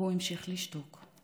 והוא המשיך לשתוק.